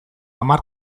hamar